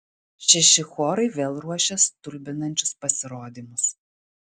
šeši chorai vėl ruošia stulbinančius pasirodymus